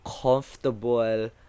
comfortable